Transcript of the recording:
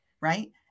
Right